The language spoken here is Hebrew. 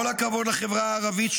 כל הכבוד לחברה הערבית,